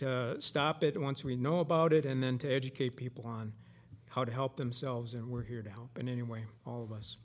to stop it once we know about it and then to educate people on how to help themselves and we're here to help in any way all of us